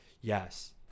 yes